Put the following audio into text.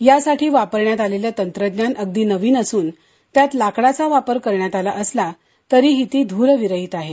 यासाठी वापरण्यात आलेलं तंत्रज्ञान अगदी नवीन असून त्यात लाकडाचा वापर करण्यात आला असला तरीही ती ध्ररविरहित आहे